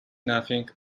nothing